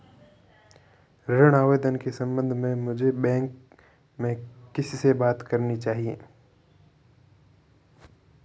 ऋण आवेदन के संबंध में मुझे बैंक में किससे बात करनी चाहिए?